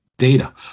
data